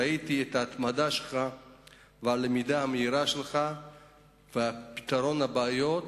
ראיתי את ההתמדה שלך ואת הלמידה המהירה שלך ואת הפתרונות לבעיות